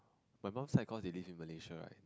my mum side cause they live in Malaysia right